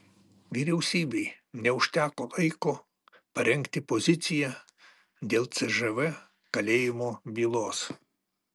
vyriausybei neužteko laiko parengti poziciją dėl cžv kalėjimo bylos